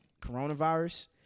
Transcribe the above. coronavirus